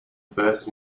first